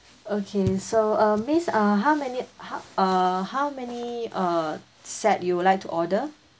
okay so uh miss uh how many ho~ uh how many uh set you would like to order